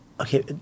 Okay